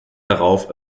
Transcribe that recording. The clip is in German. darauf